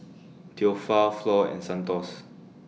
Theophile Flo and Santos